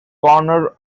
center